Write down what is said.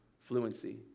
Fluency